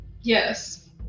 Yes